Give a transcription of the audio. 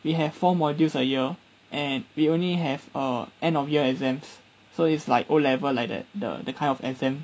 we have four modules a year and we only have uh end of year exams so it's like O level like that the the kind of exam